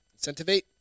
Incentivate